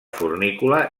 fornícula